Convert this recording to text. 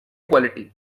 quality